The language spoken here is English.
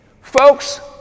Folks